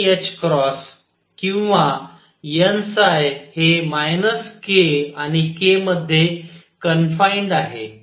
किंवा n हे minus k आणि k मध्ये कनफाईन्ड आहे